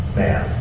man